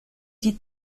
die